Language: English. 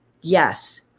yes